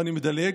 ואני מדלג.